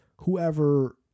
whoever